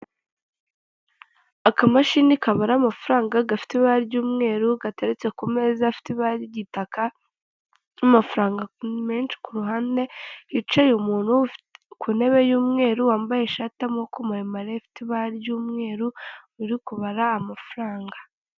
Akamashini kabara amafaranga gafite ibara ry'umweru gateretse ku meza afite ibara ry'igitaka n'amafaranga menshi kuruhande yicaye umuntu ku ntebe y'umweru wambaye ishati y'amaboko maremare ifite ibara ry'umweru uri kubara amafaranga.